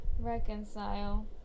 Reconcile